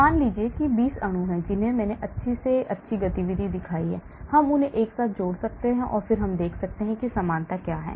मान लीजिए कि 20 अणु हैं जिन्हें मैंने अच्छी गतिविधि दिखाई है हम उन्हें एक साथ जोड़ सकते हैं और फिर हम देख सकते हैं कि समानता क्या है